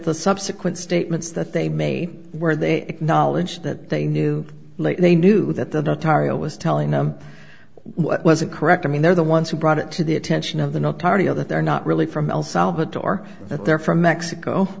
the subsequent statements that they made where they acknowledge that they knew they knew that the notarial was telling them what wasn't correct i mean they're the ones who brought it to the attention of the no tardio that they're not really from el salvador that they're from mexico